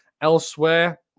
Elsewhere